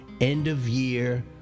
end-of-year